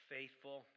Faithful